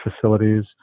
facilities